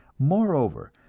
moreover,